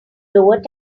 lower